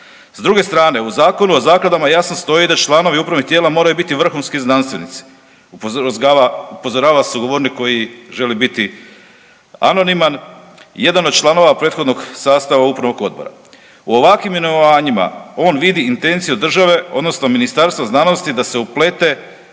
S druge strane u Zakonu o zakladama jasno stoji da članovi upravnih tijela moraju biti vrhunski znanstvenici upozorava sugovornik koji želi biti anoniman i jedan od članova prethodnog sastava upravnog odbora. U ovakvim imenovanjima on vidi intenciju države odnosno Ministarstva znanosti da se uplete